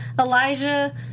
Elijah